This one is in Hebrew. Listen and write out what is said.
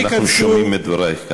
אנחנו שומעים את דברייך כאן.